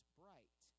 bright